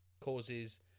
causes